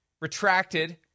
retracted